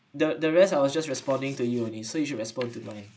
the the rest I was just responding to you n~ so you should respond to know